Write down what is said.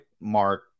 mark